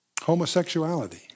Homosexuality